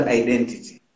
identity